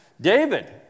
David